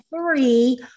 three